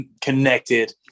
connected